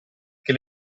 che